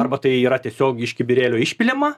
arba tai yra tiesiog iš kibirėlio išpilama